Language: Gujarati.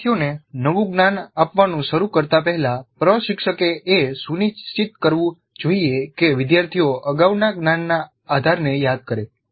વિદ્યાર્થીઓને નવું જ્ઞાન આપવાનું શરૂ કરતા પહેલા પ્રશિક્ષકે એ સુનિશ્ચિત કરવું જોઈએ કે વિદ્યાર્થીઓ અગાઉના જ્ઞાનના આધારને યાદ કરે